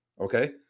okay